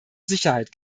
sicherheit